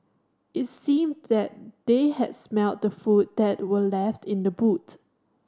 it seemed that they had smelt the food that were left in the boot